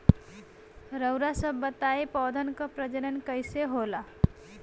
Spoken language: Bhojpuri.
रउआ सभ बताई पौधन क प्रजनन कईसे होला?